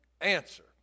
answer